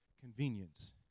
convenience